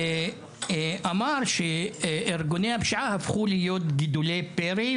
ואמר שארגוני הפשיעה הפכו להיות גידולי פרא,